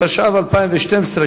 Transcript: התשע"ב 2012,